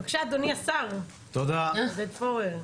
בבקשה, אדוני השר, עודד פורר.